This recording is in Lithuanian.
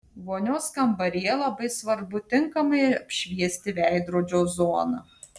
vonios kambaryje labai svarbu tinkamai apšviesti veidrodžio zoną